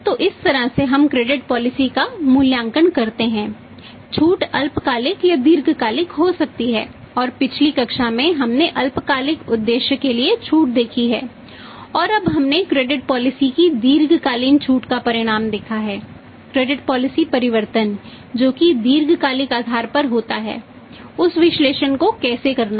तो इस तरह से हम क्रेडिट पॉलिसी परिवर्तन जो कि दीर्घकालिक आधार पर होता है उस विश्लेषण को कैसे करना है